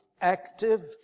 active